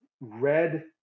red